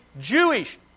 Jewish